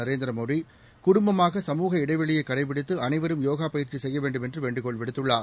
நரேந்திர மோடி குடுப்பமாக சமுக இடைவெளியைக் கடைபிடித்து அனைவரும் யோகா பயிற்சி செய்ய வேண்டும் என்று வேண்டுகோள் விடுத்துள்ளார்